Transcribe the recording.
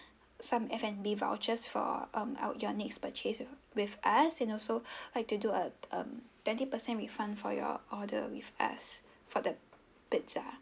some F&B vouchers for um our your next purchase with us and also like to do a um twenty percent refund for your order with us for the pizza